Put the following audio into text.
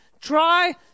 try